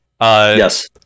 Yes